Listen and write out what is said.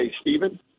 Stephen